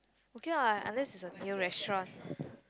okay lah unless it's a new restaurant